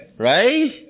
Right